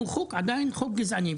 הוא עדיין חוק גזעני.